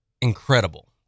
incredible